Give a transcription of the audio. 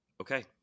Okay